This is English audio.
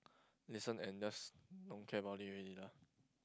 listen and just don't care about it already lah